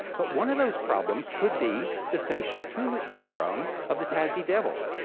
but one of those problems could be the facial tumour syndrome of the tassie devil.